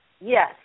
Yes